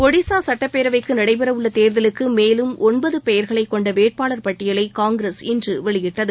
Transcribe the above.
ஒடிசா சுட்டப்பேரவைக்கு நடைபெறவுள்ள தேர்தலுக்கு மேலும் ஒன்பது பெயர்களை கொண்ட வேட்பாளர் பட்டியலை காங்கிரஸ் இன்று வெளியிட்டது